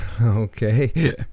Okay